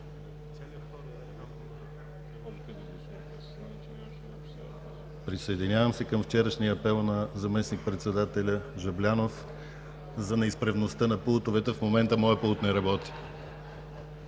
Присъединявам се към вчерашния апел на заместник-председателя Жаблянов за неизправността на пултовете. В момента моят пулт не работи.